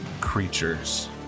creatures